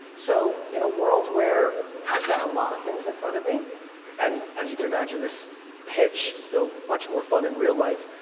so, in a world where got a lot of things in front of me and as you can imagine, this pitch though, much more fun in real life,